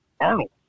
Arnold